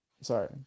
Sorry